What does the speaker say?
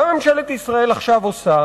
מה ממשלת ישראל עכשיו עושה?